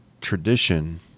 tradition